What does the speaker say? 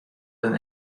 than